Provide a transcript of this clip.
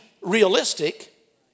realistic